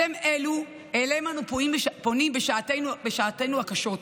אתם אלו שאליהם אנו פונים בשעותינו הקשות.